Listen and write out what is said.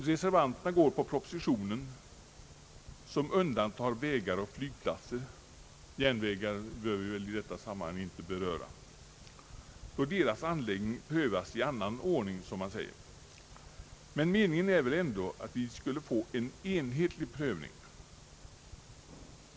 Reservanterna följer propositionen, som undantar vägar och flygplatser — järnvägar behöver vi väl i detta sammanhang inte beröra — då anläggningen av dem prövas i annan ordning, som man säger. Meningen är väl ändå att vi skulle få en enhetlig prövning.